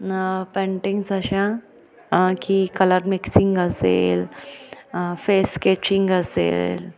न पेंटिंग्स अशा की कलर मिक्सिंग असेल फेस स्केचिंग असेल